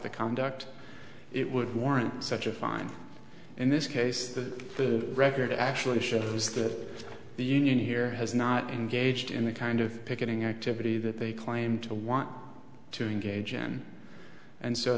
the conduct it would warrant such a fine in this case that the record actually shows that the union here has not engaged in the kind of picketing activity that they claim to want to engage in and so